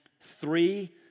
three